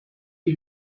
die